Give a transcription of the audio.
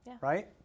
right